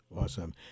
Awesome